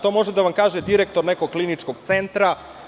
To može da vam kaže direktor nekog kliničkog centra.